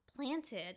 planted